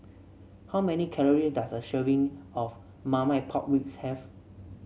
how many calories does a serving of Marmite Pork Ribs have